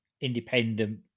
independent